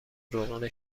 روغن